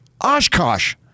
Oshkosh